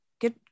Good